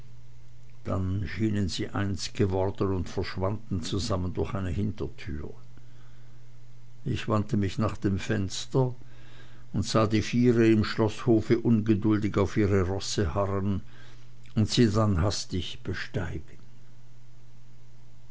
dann schienen sie eins geworden und verschwanden zusammen durch eine hintertüre ich wandte mich nach dem fenster und sah die viere im schloßhofe ungeduldig auf ihre rosse harren und sie dann hastig besteigen